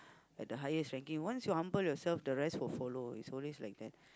at the highest ranking once you humble yourself the rest will follow it's always like that